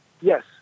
Yes